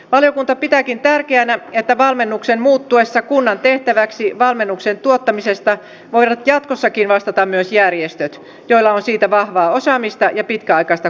valiokunta pitääkin tärkeänä että valmennuksen muuttuessa kunnan tehtäväksi valmennuksen tuottamisesta voivat jatkossakin vastata myös järjestöt joilla on siitä vahvaa osaamista ja pitkäaikaista kokemusta